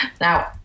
Now